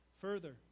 Further